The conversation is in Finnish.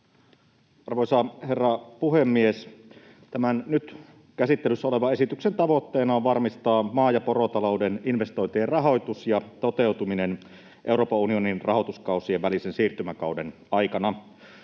Arvoisa herra puhemies! Tämän nyt käsittelyssä olevan esityksen tavoitteena on varmistaa maa- ja porotalouden investointien rahoitus ja toteutuminen Euroopan unionin rahoituskausien välisen siirtymäkauden aikana.